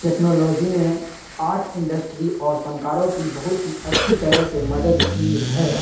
technology نے art industry اور فنکاروں کی بہت ہی اچھی طرح سے مدد کی ہے